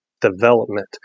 development